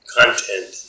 content